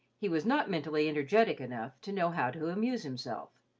he was not mentally energetic enough to know how to amuse himself,